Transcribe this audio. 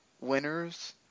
winners